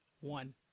One